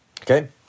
Okay